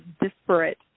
disparate